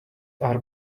are